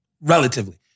Relatively